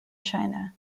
china